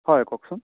হয় কওকচোন